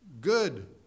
good